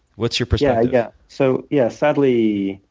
what's your perspective? yeah. so yeah sadly,